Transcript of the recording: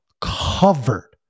covered